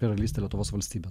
karalyste lietuvos valstybe